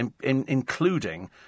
including